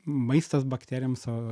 maistas bakterijoms o